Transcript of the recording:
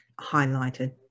highlighted